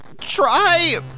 try